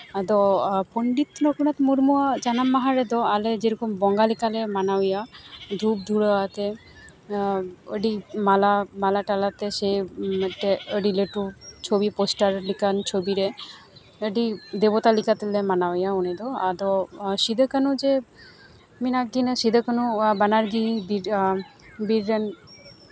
ᱟᱫᱚ ᱯᱚᱱᱰᱤᱛ ᱨᱚᱜᱷᱩᱱᱟᱛᱷ ᱢᱩᱨᱢᱩᱣᱟᱜ ᱡᱟᱱᱟᱢ ᱢᱟᱦᱟ ᱨᱮᱫᱚ ᱟᱞᱮ ᱡᱮᱨᱚᱠᱚᱢ ᱵᱚᱸᱜᱟ ᱞᱮᱠᱟᱜᱮ ᱢᱟᱱᱟᱣᱮᱭᱟ ᱫᱷᱩᱯ ᱫᱷᱩᱲᱟᱹ ᱟᱛᱮᱫ ᱟᱹᱰᱤ ᱢᱟᱞᱟ ᱢᱟᱞᱟ ᱴᱟᱞᱟ ᱥᱮ ᱮᱱᱛᱮᱫ ᱟᱹᱰᱤ ᱞᱟᱹᱴᱩ ᱪᱷᱚᱵᱤ ᱯᱳᱥᱴᱟᱨ ᱞᱮᱠᱟᱱ ᱪᱷᱚᱵᱤᱨᱮ ᱟᱹᱰᱤ ᱫᱮᱵᱚᱛᱟ ᱞᱮᱠᱟ ᱛᱮᱞᱮ ᱢᱟᱱᱟᱣᱮᱭᱟ ᱩᱱᱤᱫᱚ ᱟᱫᱚ ᱥᱤᱫᱩ ᱠᱟᱹᱱᱩ ᱡᱮ ᱢᱮᱱᱟᱜ ᱠᱤᱱᱟ ᱥᱤᱫᱩᱼᱠᱟᱹᱱᱩ ᱵᱟᱱᱟᱨᱜᱮ ᱵᱤᱨ ᱨᱮᱱ